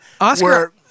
Oscar